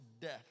death